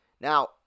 Now